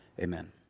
Amen